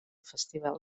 festival